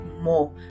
more